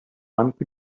once